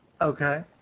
Okay